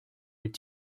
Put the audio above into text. est